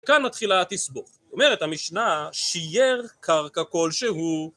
כאן מתחילה התסבוכת, אומרת המשנה, שייר קרקע כל שהוא